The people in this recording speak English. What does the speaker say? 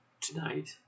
tonight